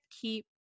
keep